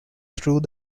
through